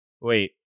wait